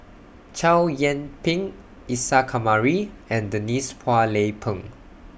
Chow Yian Ping Isa Kamari and Denise Phua Lay Peng